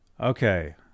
Okay